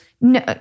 No